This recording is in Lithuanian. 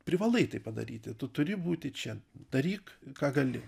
privalai tai padaryti tu turi būti čia daryk ką gali